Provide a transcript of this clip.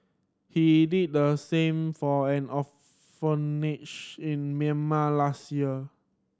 he did the same for an orphanage in Myanmar last year